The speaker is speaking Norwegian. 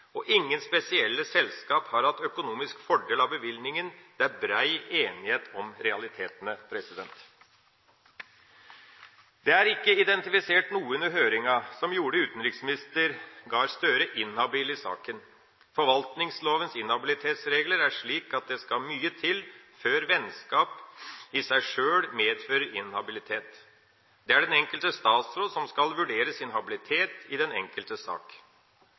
og ingen spesielle selskaper har hatt økonomisk fordel av bevilgninga; det er brei enighet om realitetene. Det er ikke identifisert noe under høringa som gjorde utenriksminister Gahr Støre inhabil i saken. Forvaltningslovens inhabilitetsregler er slik at det skal mye til før vennskap i seg sjøl medfører inhabilitet. Det er den enkelte statsråd som skal vurdere sin habilitet i den enkelte sak.